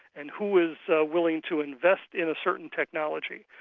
and who is willing to invest in a certain technology.